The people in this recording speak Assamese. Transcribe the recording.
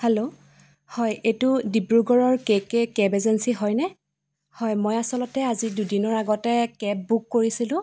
হেল্ল' হয় এইটো ডিব্ৰুগড়ৰ কে কে কেব এজেঞ্চি হয়নে হয় মই আচলতে আজি দুদিনৰ আগতে কেব বুক কৰিছিলোঁ